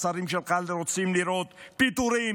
השרים שלך רוצים לראות פיטורים,